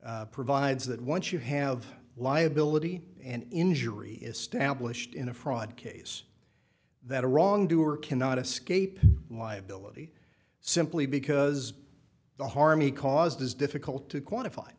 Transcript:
provides that once you have liability and injury established in a fraud case that a wrong doer cannot escape liability simply because the harm he caused is difficult to quantify